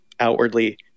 outwardly